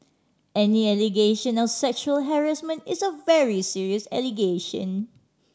any allegation of sexual harassment is a very serious allegation